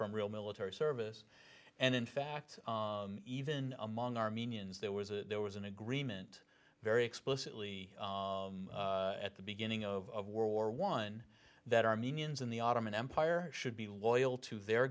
from real military service and in fact even among armenians there was a there was an agreement very explicitly at the beginning of world war one that armenians in the ottoman empire should be loyal to their